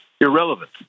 irrelevant